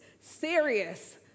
serious